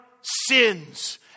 sins